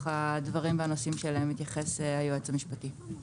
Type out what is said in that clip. הדברים והנושאים שאליהם התייחס היועץ המשפטי לוועדה.